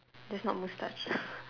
that's not moustache